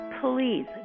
please